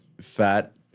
fat